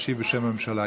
ישיב בשם הממשלה.